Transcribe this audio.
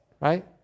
right